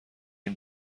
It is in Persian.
این